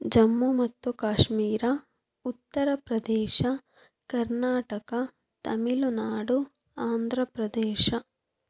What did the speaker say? ಜಮ್ಮು ಮತ್ತು ಕಾಶ್ಮೀರ ಉತ್ತರ ಪ್ರದೇಶ ಕರ್ನಾಟಕ ತಮಿಳುನಾಡು ಆಂಧ್ರ ಪ್ರದೇಶ